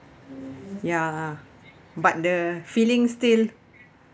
ya but the feeling still